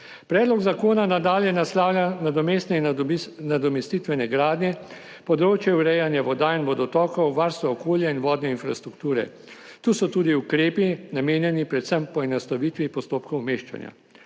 Predlog zakona nadalje naslavlja nadomestne in nadomestitvene gradnje, področje urejanja voda in vodotokov, varstva okolja in vodne infrastrukture. Tu so tudi ukrepi namenjeni predvsem poenostavitvi postopkov umeščanja.